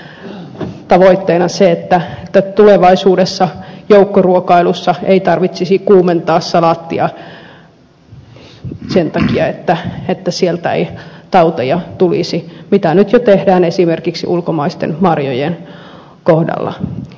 ja tavoitteenani on se että tulevaisuudessa joukkoruokailussa ei tarvitsisi kuumentaa salaattia sen takia että sieltä ei tauteja tulisi mitä nyt tehdään jo esimerkiksi ulkomaisten marjojen kohdalla